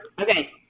Okay